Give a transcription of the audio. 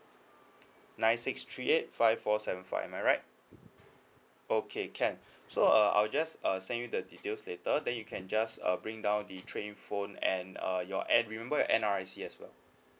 nine six three eight five four seven five am I right okay can so uh I'll just uh send you the details later then you can just uh bring down the trade in phone and uh your N remember your N_R_I_C as well